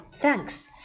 thanks